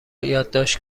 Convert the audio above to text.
یادداشت